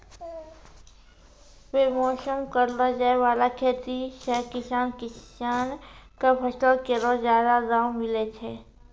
बेमौसम करलो जाय वाला खेती सें किसान किसान क फसल केरो जादा दाम मिलै छै